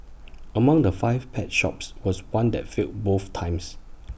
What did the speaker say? among the five pet shops was one that failed both times